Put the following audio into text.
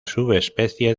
subespecie